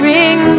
Ring